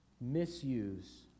misuse